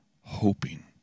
hoping